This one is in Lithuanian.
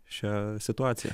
šią situaciją